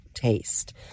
taste